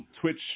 Twitch